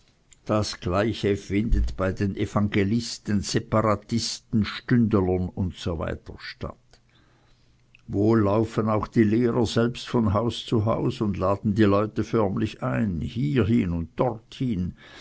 das gleiche findet bei den evangelisten separatisten stündelern usw statt wohl laufen auch die lehrer selbst von haus zu haus und laden die leute förmlich ein hiehin und dorthin